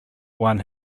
won